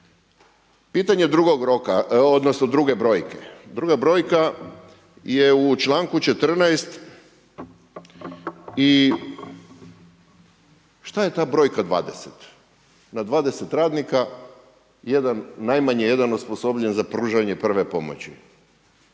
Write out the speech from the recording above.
Pitanje drugog roka, odnosno druge brojke, druga brojka je u članku 14 i šta je ta brojka 20? Na 20 radnika jedan, najmanje jedan osposobljen za pružanje prve pomoći.